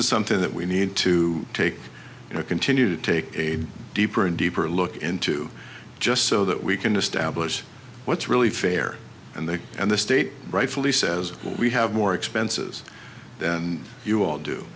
is something that we need to take continue to take a deeper and deeper look into just so that we can establish what's really fair and they and the state rightfully says we have more expenses and you all do